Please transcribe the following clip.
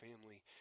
family